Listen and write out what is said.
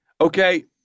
Okay